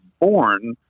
born